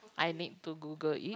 I need to Google it